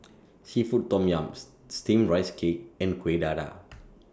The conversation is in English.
Seafood Tom Yum Steamed Rice Cake and Kuih Dadar